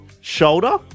shoulder